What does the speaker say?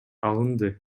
алынды